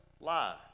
lie